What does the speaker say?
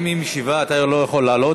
אם היא משיבה, אתה לא יכול לעלות.